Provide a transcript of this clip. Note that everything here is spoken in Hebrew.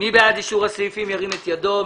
מי בעד אישור סעיפים 20, 22, 23, 24 ו-25?